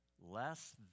less